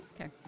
okay